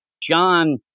John